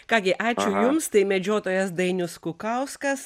ką gi ačiū jums tai medžiotojas dainius kukauskas